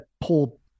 pull